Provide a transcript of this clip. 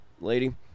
lady